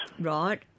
Right